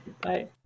Bye